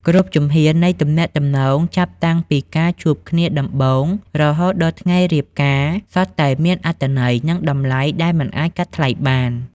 គ្រប់ជំហាននៃទំនាក់ទំនងចាប់តាំងពីការជួបគ្នាដំបូង រហូតដល់ថ្ងៃរៀបការ សុទ្ធតែមានអត្ថន័យ និងតម្លៃដែលមិនអាចកាត់ថ្លៃបាន។